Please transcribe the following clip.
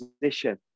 position